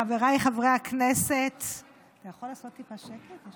חבריי חברי הכנסת, אתה יכול לעשות טיפה שקט?